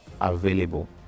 available